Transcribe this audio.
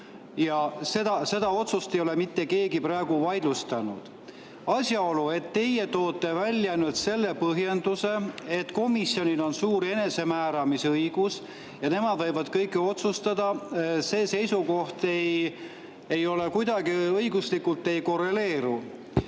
Seda otsust ei ole mitte keegi praegu vaidlustanud. Teie toote välja põhjenduse, et komisjonil on suur enesemääramisõigus ja nemad võivad kõike otsustada. See seisukoht kuidagi õiguslikult ei korreleeru.